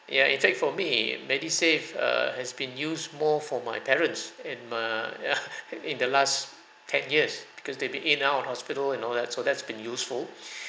ya it's like for me MediSave err has been used more for my parents in my ya in the last ten years because they've been in and out of hospital and all that so that's been useful